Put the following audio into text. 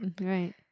right